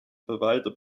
verwalter